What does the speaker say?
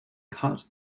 cut